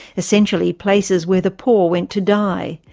essentially places where the poor went to die,